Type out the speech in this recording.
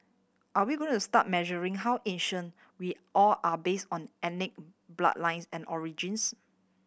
are we going to start measuring how Asian we all are base on ethnic bloodlines and origins